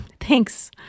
Thanks